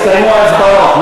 הסתיימו ההצבעות,